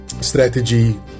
strategy